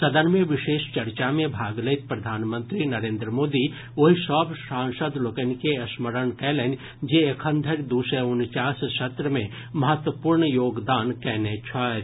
सदन मे विशेष चर्चा मे भाग लैत प्रधानमंत्री नरेन्द्र मोदी ओहि सभ सांसद लोकनि के स्मरण कयलनि जे एखन धरि दू सय उनचास सत्र मे महत्वपूर्ण योगदान कयने छथि